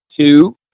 Two